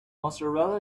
mozzarella